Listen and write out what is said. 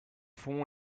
fond